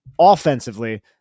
offensively